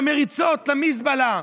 במריצות למזבלה,